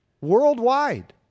worldwide